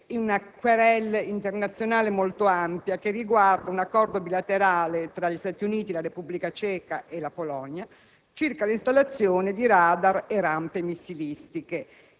in una *querelle* internazionale molto ampia, che riguarda un accordo bilaterale tra Stati Uniti, Repubblica Ceca e Polonia circa l'installazione di radar e rampe missilistiche,